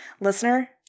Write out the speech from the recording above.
Listener